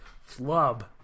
flub